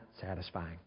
satisfying